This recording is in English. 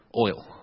oil